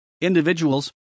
Individuals